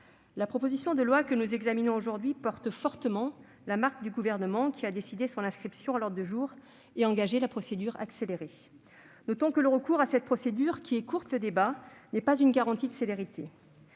la proposition de loi que nous examinons aujourd'hui porte fortement la marque du Gouvernement, qui a décidé son inscription à l'ordre du jour et a engagé la procédure accélérée. Notons-le, le recours à cette procédure, qui écourte le débat, n'est pas une garantie de célérité.